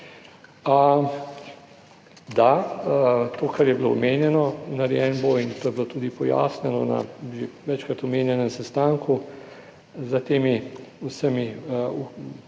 Da, to, kar je bilo omenjeno, narejeno bo in to je bilo tudi pojasnjeno na že večkrat omenjenem sestanku s temi vsemi